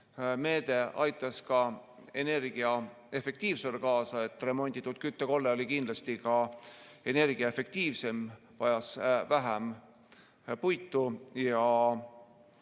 meede aitas ka energiaefektiivsusele kaasa, sest remonditud küttekolle oli kindlasti energiaefektiivsem, vajas vähem puitu